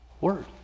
Word